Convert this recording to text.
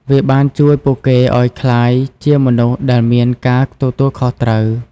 វាបានជួយពួកគេឱ្យក្លាយជាមនុស្សដែលមានការទទួលខុសត្រូវ។